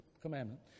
commandment